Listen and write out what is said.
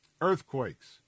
Earthquakes